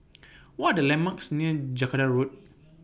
What Are The landmarks near Jacaranda Road